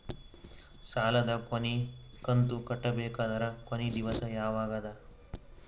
ಸಾಲದ ಕೊನಿ ಕಂತು ಕಟ್ಟಬೇಕಾದರ ಕೊನಿ ದಿವಸ ಯಾವಗದ?